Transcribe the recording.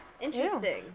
Interesting